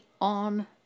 on